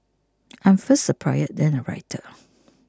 I am first a poet then a writer